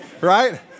right